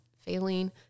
failing –